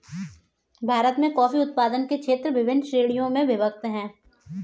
भारत में कॉफी उत्पादन के क्षेत्र विभिन्न श्रेणियों में विभक्त हैं